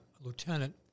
lieutenant